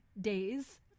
days